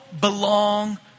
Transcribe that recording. belong